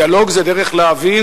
דיאלוג זה דרך להבין